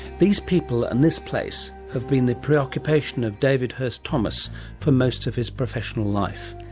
these people and this place have been the preoccupation of david hurst thomas for most of his professional life,